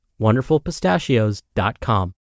wonderfulpistachios.com